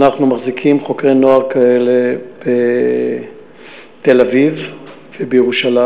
אנחנו מחזיקים חוקרי נוער כאלה בתל-אביב ובירושלים,